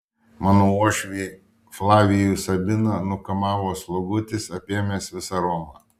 mano uošvį flavijų sabiną nukamavo slogutis apėmęs visą romą